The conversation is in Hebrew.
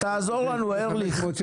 אז תעזור לנו, ארליך.